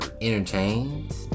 entertained